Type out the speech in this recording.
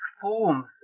forms